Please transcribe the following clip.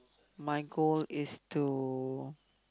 my goal is to